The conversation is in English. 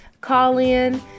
call-in